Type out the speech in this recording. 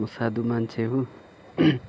म साधु मान्छे हो